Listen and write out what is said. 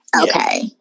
okay